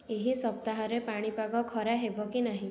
ଏହି ସପ୍ତାହରେ ପାଣିପାଗ ଖରା ହେବ କି ନାହିଁ